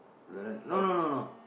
like that no no no no